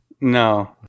No